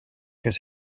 his